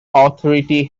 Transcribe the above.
authority